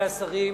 התש"ע 2009, ובצו